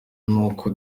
n’uko